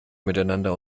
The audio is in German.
miteinander